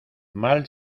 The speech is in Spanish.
mal